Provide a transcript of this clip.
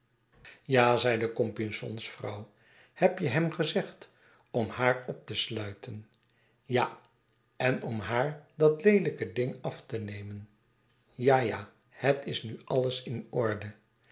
ja zeide compeyson's vrouw heb je hem gezegd om haar op te sluiten ja en om haar dat leelijke ding af te nemen ja ja het is nu alles in orde